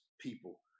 people